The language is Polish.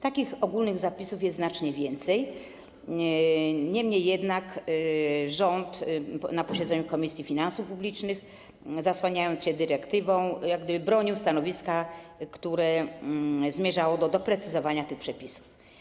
Takich ogólnych zapisów jest znacznie więcej, niemniej jednak rząd na posiedzeniu Komisji Finansów Publicznych, zasłaniając się dyrektywą, bronił stanowiska, które zmierzało do doprecyzowania tych przepisów.